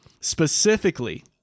Specifically